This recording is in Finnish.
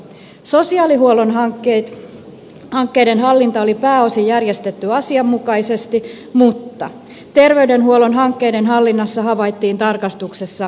sosiaalihuollon hankkeiden hallinta oli pääosin järjestetty asianmukaisesti mutta terveydenhuollon hankkeiden hallinnassa havaittiin tarkastuksessa ongelmia